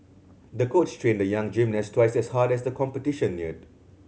the coach trained the young gymnast twice as hard as the competition neared